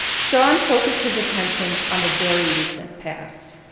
shahn focused his attention on the very recent past.